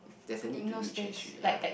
if there's a need to delete chat history ya